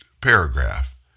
paragraph